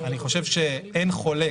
אני חושב שאין חולק,